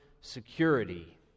security